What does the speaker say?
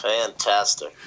Fantastic